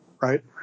right